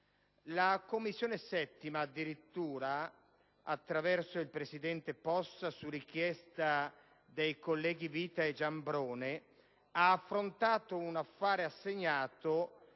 7a Commissione, addirittura, attraverso il presidente Possa, su richiesta dei colleghi Vita e Giambrone, ha affrontato un affare assegnato